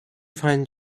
find